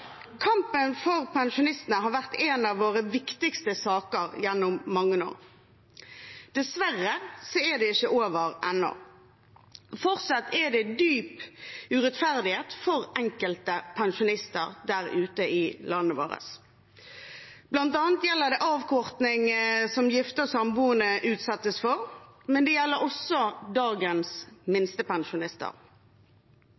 Kampen for pensjonistene har vært en av våre viktigste saker gjennom mange år. Dessverre er det ikke over ennå. Fortsatt er det dyp urettferdighet for enkelte pensjonister der ute i landet vårt. Det gjelder bl.a. avkortingen som gifte og samboende utsettes for, men det gjelder også dagens